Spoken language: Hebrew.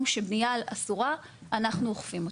שבו הבנייה אסורה ואז אנחנו אוכפים אותה,